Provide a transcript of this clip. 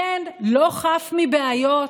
כן, לא חף מבעיות,